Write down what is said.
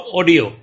audio